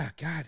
God